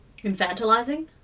Infantilizing